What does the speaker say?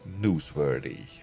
Newsworthy